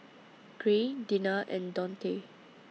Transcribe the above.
Gray Dinah and Daunte